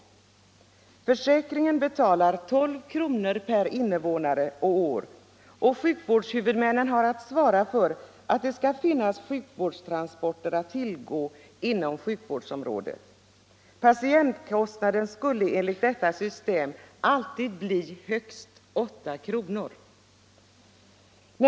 Sjukförsäkringen betalar 12 kr. per invånare och år, och sjukvårdshuvudmännen svarar för att sjukvårdstransporter finns att tillgå inom sjukvårdsområdet. Patientkostnaden skulle enligt detta system bli högst 8 kr.